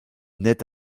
naît